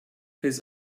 his